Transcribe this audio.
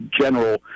general